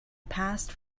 passed